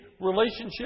relationship